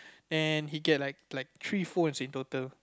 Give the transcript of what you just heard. and he get like like three phones in total